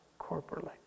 corporately